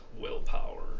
Willpower